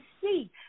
see